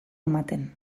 ematen